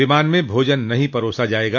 विमान में भोजन नहीं परोसा जाएगा